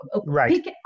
Right